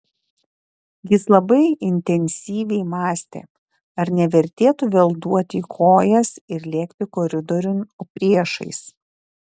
jis labai intensyviai mąstė ar nevertėtų vėl duoti į kojas ir lėkti koridoriun priešais